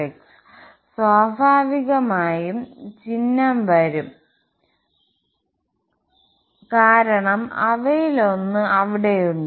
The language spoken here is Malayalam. അത് സ്വാഭാവികമായും ചിഹ്നം വരും കാരണം അവയിലൊന്ന് അവിടെയുണ്ട്